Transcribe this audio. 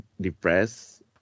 Depressed